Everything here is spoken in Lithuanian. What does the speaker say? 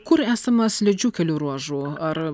kur esama slidžių kelių ruožų ar